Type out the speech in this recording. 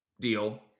deal